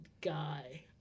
guy